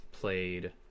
played